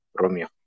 Romeo